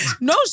No